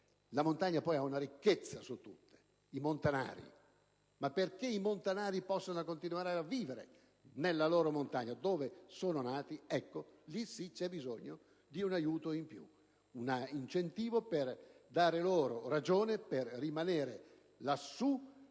La montagna poi ha una ricchezza su tutte: i montanari. Affinché questi ultimi possano continuare a vivere nella loro montagna dove sono nati, c'è bisogno - lì sì - di un aiuto in più, di un incentivo per dare loro ragione per rimanere lassù